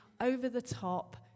over-the-top